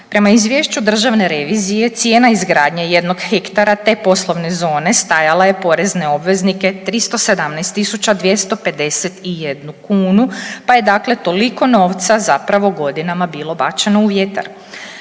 Prema izvješću Državne revizije cijena izgradnje jednog hektara te poslovne zone stajala je porezne obveznike 317.251 kunu pa je dakle toliko novca zapravo godinama bilo bačeno u vjetar.